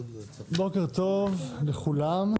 בוקר טוב לכולם.